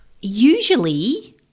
usually